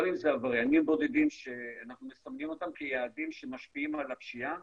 גם אם זה עבריינים בודדים שאנחנו מסמנים אותם כיעדים שמשפיעים על הפשיעה